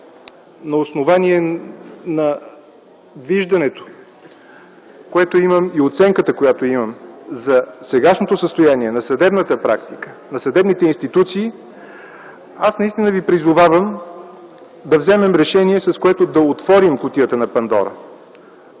на основание на виждането и оценката, които имам за сегашното състояние на съдебната практика, на съдебните институции, аз ви призовавам да вземем решение, с което да не отворим „кутията на Пандора”.